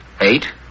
Eight